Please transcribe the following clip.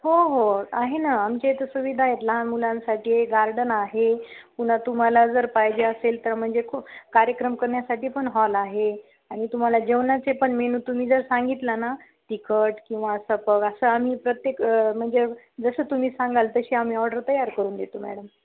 हो हो आहे ना आमच्या इथं सुविधा आहेत लहान मुलांसाठी गार्डन आहे पुन्हा तुम्हाला जर पाहिजे असेल तर म्हणजे खू कार्यक्रम करण्यासाठी पण हॉल आहे आणि तुम्हाला जेवणाचे पण मेनू तुम्ही जर सांगितला ना तिखट किंवा सपक असं आम्ही प्रत्येक म्हणजे जसं तुम्ही सांगाल तशी आम्ही ऑर्डर तयार करून देतो मॅडम